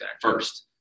first